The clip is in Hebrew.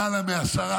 למעלה מעשר,